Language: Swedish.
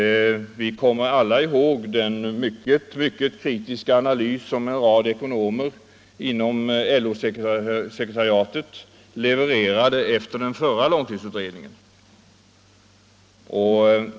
Vi kommer alla ihåg den mycket kritiska analys som en rad ekonomer inom LO-sekretariatet levererade efter den förra långtidsutredningen.